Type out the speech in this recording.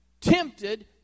tempted